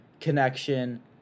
connection